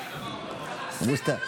סימון לא מוותר.